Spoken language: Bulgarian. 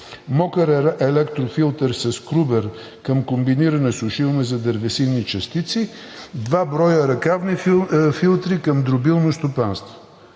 мокър електрофилтър със скрубер към комбинирана сушилня за дървесни частици, два броя ръкавни филтри към дробилно стопанство.